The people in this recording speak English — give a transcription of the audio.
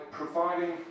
providing